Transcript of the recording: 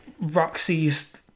Roxy's